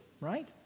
right